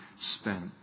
spent